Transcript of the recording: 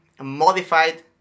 modified